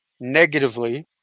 negatively